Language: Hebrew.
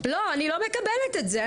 אני לא מקבלת את זה,